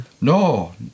No